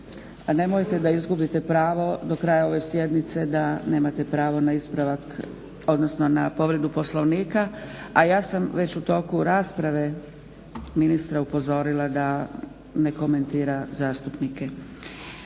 nemojte da izgubite pravo do kraja ove sjednice da nemate pravo na ispravak, odnosno na povredu Poslovnika. A ja sam već u toku rasprave ministra upozorila da ne komentira zastupnike.